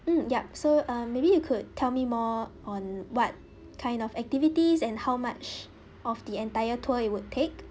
um yup so uh maybe you could tell me more on what kind of activities and how much of the entire tour it would take